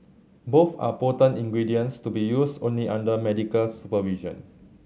both are potent ingredients to be used only under medical supervision